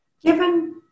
Given